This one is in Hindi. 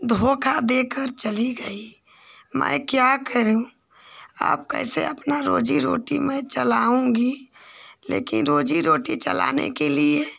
धोखा देकर चली गई मैं क्या करूँ अब कैसे अपनी रोजी रोटी मैं चलाऊँगी लेकिन रोजी रोटी चलाने के लिए